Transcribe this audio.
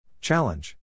Challenge